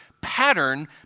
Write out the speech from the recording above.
pattern